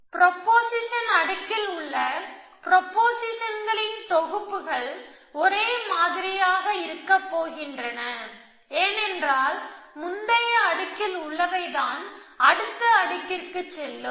proposition அடுக்கில் உள்ள ப்ரொபொசிஷன்களின் தொகுப்புகள் ஒரே மாதிரியாக இருக்க போகின்றன ஏனென்றால் முந்தைய அடுக்கில் உள்ளவை தான் அடுத்த அடுக்கிற்கு செல்லும்